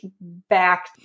back